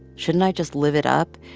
shouldn't i just live it up,